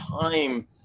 time